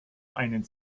einen